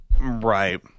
Right